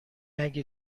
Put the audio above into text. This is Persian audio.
اگه